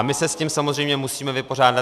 My se s tím samozřejmě musíme vypořádat.